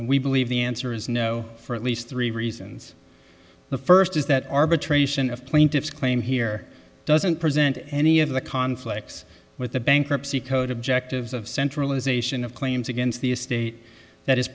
we believe the answer is no for at least three reasons the first is that arbitration of plaintiff's claim here doesn't present any of the conflicts with the bankruptcy code objectives of centralization of claims against the estate that